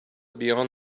beyond